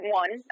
one